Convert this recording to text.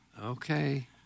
Okay